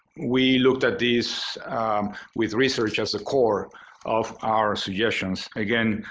we looked at these with research as a core of our suggestions. again,